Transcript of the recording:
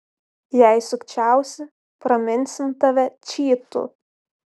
jei sukčiausi praminsim tave čytu